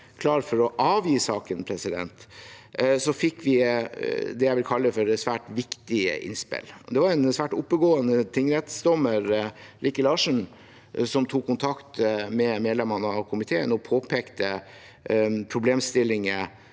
klare for å avgi saken, fikk vi det jeg vil kalle for et svært viktig innspill. Det var en svært oppegående tingrettsdommer, Rikke Lassen, som tok kontakt med medlemmene av komiteen og påpekte problemstillinger